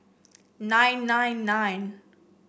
nine nine nine